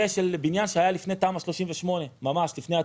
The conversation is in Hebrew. בניין שהיה לפני תמ"א 38, ממש לפני התוכניות.